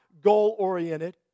goal-oriented